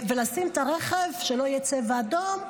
לשים את הרכב, שלא יהיה צבע אדום.